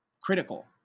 critical